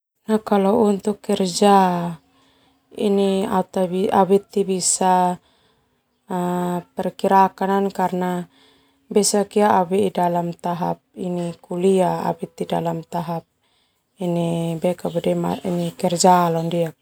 Kalau untuk kerja ini au beti bisa perkirakan karna au bei dalam tahap kuliah dalam tahap mikir jalan ndia.